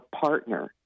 partner